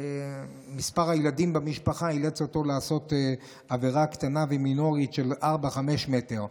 מספר הילדים במשפחה אילץ אותו לעשות עבירה קטנה ומינורית של 5-4 מטרים.